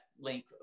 link